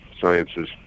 sciences